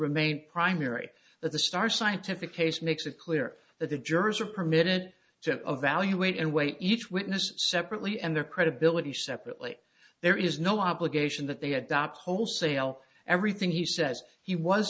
remain primary that the star scientific case makes it clear that the jurors are permitted to evaluate and weight each witness separately and their credibility separately there is no obligation that they adopt wholesale everything he says he was